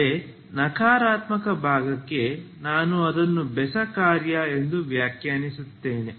ಅಂದರೆ ನಕಾರಾತ್ಮಕ ಭಾಗಕ್ಕೆ ನಾನು ಅದನ್ನು ಬೆಸ ಕಾರ್ಯ ಎಂದು ವ್ಯಾಖ್ಯಾನಿಸುತ್ತೇನೆ